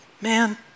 Man